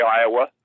Iowa